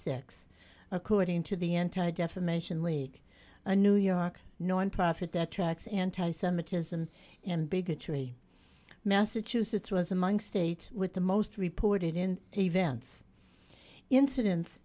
six according to the anti defamation league a new york no one prophet that tracks anti semitism and bigotry massachusetts was among states with the most reported in events incident